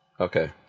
okay